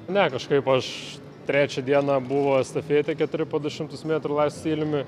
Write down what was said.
ne kažkaip aš trečią dieną buvo estafetė keturi po du šimtus metrų laisvu stiliumi